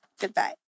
Goodbye